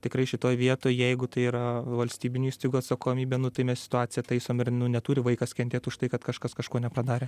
tikrai šitoj vietoj jeigu tai yra valstybinių įstaigų atsakomybė nu tai mes situaciją taisom ir nu neturi vaikas kentėt už tai kad kažkas kažko nepadarė